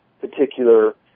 particular